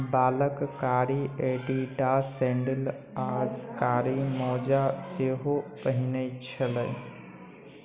बालक कारी Adidas sandal आ कारी मोजा सेहो पहिनए छलै